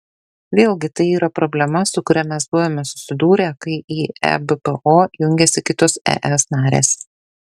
vėlgi tai yra problema su kuria mes buvome susidūrę kai į ebpo jungėsi kitos es narės